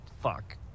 Fuck